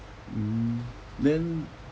mm then